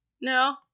No